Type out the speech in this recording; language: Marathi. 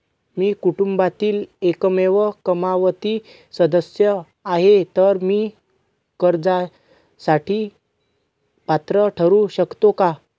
मी कुटुंबातील एकमेव कमावती सदस्य आहे, तर मी कर्जासाठी पात्र ठरु शकतो का?